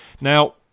Now